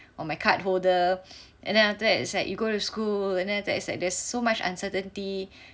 on my card holder and then after that is like you go to school and then that is like there's so much uncertainty